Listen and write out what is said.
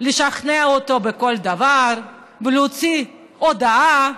לשכנע אותו בכל דבר ולהוציא הודאה.